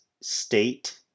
state